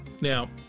Now